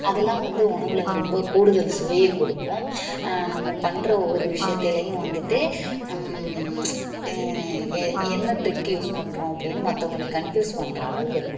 அதெலாம் வந்து உணவில் ரொம்ப கூடுதல் சுவையை கொடுக்கும் நம்ம பண்ணுற ஒவ்வொரு விஷயத்துலையும் வந்துட்டு எ என்ன ட்ரிக் யூஸ் பண்ணுறோம் அப்படினு மற்றவங்கள கன்ஃப்யூஸ் பண்ணுற அளவுக்கு இருக்கும்